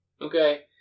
Okay